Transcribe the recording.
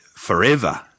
forever